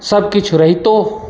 सभकिछु रहितो